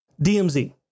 DMZ